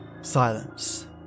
Silence